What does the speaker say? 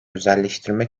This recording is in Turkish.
özelleştirme